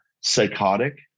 psychotic